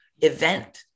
event